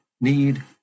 need